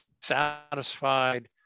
satisfied